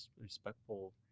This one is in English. respectful